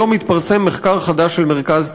היום התפרסם מחקר חדש של מרכז טאוב,